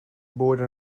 borde